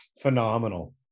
phenomenal